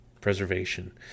preservation